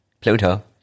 Pluto